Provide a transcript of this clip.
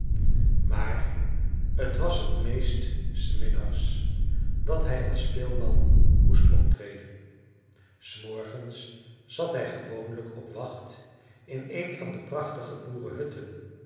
maar t was t meest s middags dat hij als speelman moest optreden s morgens zat hij gewoonlijk op wacht in een van de prachtige